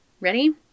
Ready